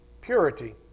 purity